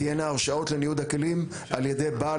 תהיינה הרשאות לניוד הכלים על ידי בעל